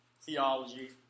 Theology